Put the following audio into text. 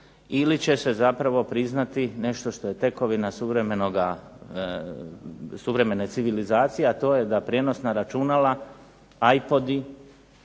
ili će se zapravo priznati nešto što je tekovina suvremene civilizacije, a to je da prijenosna računa, Ipodi,